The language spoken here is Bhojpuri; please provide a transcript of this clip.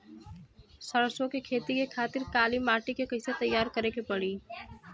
सरसो के खेती के खातिर काली माटी के कैसे तैयार करे के पड़ी?